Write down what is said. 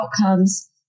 outcomes